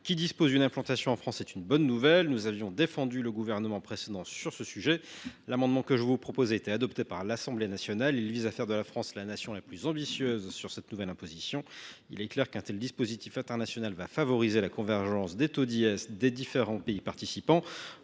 qui disposent d’une implantation en France est une bonne nouvelle. Nous avions soutenu le gouvernement précédent sur ce sujet. L’amendement que je vous propose a été adopté par l’Assemblée nationale. Il vise à faire de la France la nation la plus ambitieuse sur cette nouvelle imposition. Il est clair que le dispositif international adopté va favoriser la convergence des taux d’impôt sur les sociétés des différents pays participants.